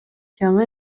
жаңы